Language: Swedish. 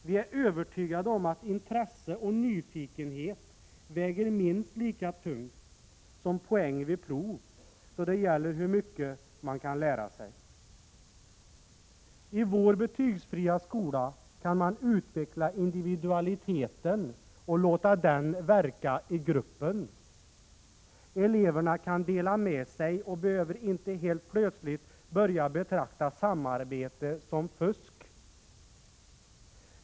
Vi är övertygade om att intresse och nyfikenhet väger minst lika tungt som poäng vid prov, då det gäller hur mycket man kan lära sig. I vår betygsfria skola kan man utveckla individualiteten och låta den verka i gruppen. Eleverna kan dela med sig och behöver inte helt plötsligt börja betrakta samarbete som fusk.